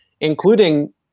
including